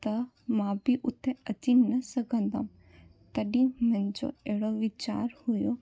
त मां बि उते अची न सघंदमि तॾहिं मुंहिंजो अहिड़ो वीचार हुओ